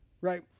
right